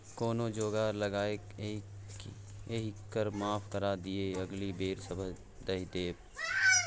कोनो जोगार लगाकए एहि कर माफ करा दिअ अगिला बेर सभ दए देब